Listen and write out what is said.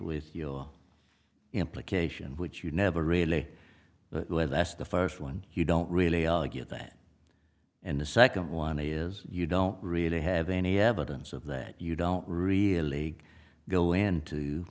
with your implication which you never really know where that's the first one you don't really get that and the second one is you don't really have any evidence of that you don't really go into